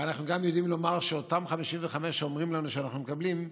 אבל אנחנו גם יודעים לומר שאותם 55% שאומרים לנו שאנחנו מקבלים,